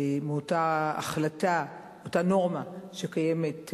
מאותה החלטה, אותה נורמה שקיימת,